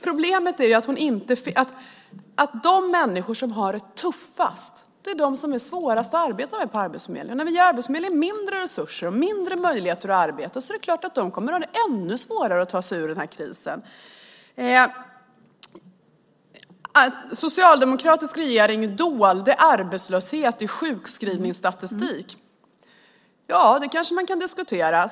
Problemet är att de människor som har det tuffast är de som är svårast att arbeta med på Arbetsförmedlingen. När Arbetsförmedlingen får mindre resurser och mindre möjligheter att arbeta är det klart att de människorna kommer att ha det ännu svårare att ta sig ur denna kris. Det sägs att den socialdemokratiska regeringen dolde arbetslöshet i sjukskrivningsstatistik. Det kanske man kan diskutera.